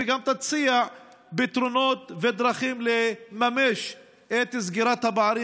וגם תציע פתרונות ודרכים לממש את סגירת הפערים